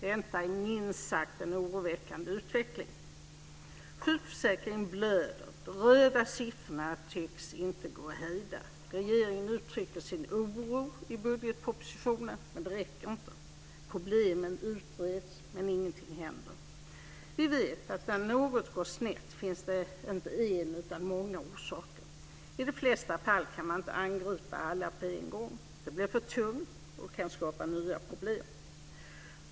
Detta är minst sagt en oroväckande utveckling. Sjukförsäkringen blöder. De röda siffrorna tycks inte gå att hejda. Regeringen uttrycker sin oro i budgetpropositionen, men det räcker inte. Problemen utreds, med ingenting händer. Vi vet att när något går snett finns det inte en utan många orsaker. I de flesta fall kan man inte angripa alla på en gång. Det blir för tungt och kan skapa nya problem.